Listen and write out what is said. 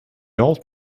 old